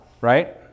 right